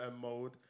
mode